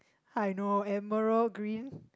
I know emerald green